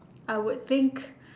I would think